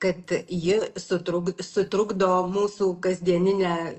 kad ji sutruk sutrukdo mūsų kasdieninę